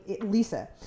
Lisa